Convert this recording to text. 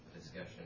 discussion